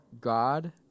God